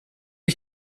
ich